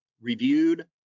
reviewed